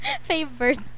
favorite